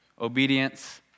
Obedience